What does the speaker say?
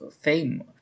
fame—